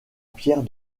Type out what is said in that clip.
pierre